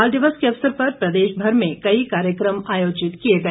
बाल दिवस के अवसर पर प्रदेश भर में कई कार्यक्रम आयोजित किए गए